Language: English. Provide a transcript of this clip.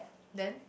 then